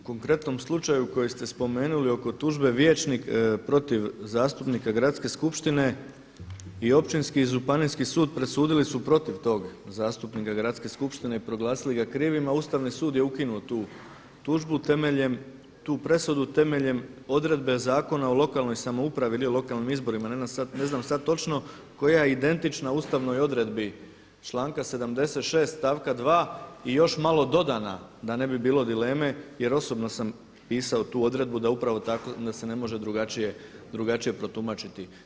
U konkretnom slučaju koji ste spomenuli oko tužbe vijećnik protiv zastupnika gradske skupštine, i Općinski i Županijski sud presudili su protiv toga zastupnika Gradske skupštine i proglasili ga krivim, a Ustavni sud je ukinuo tu tužbu temeljem, tu presudu temeljem odredbe Zakona o lokalnoj samoupravi ili lokalnim izborima ne znam sad točno koja je identična ustavnoj odredbi članka 76. stavka 2. i još malo dodana, da ne bi bilo dileme jer osobno sam pisao tu odredbu da upravo tako, da se ne može drugačije protumačiti.